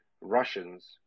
Russians